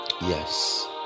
yes